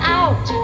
out